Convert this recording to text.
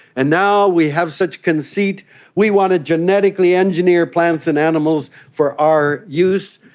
and now we have such conceit we want to genetically engineer plants and animals for our use.